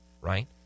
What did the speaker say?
Right